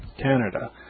Canada